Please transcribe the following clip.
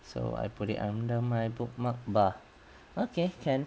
so I put it under my bookmark bar okay can